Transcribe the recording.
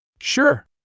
Sure